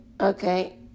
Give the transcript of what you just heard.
Okay